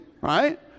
right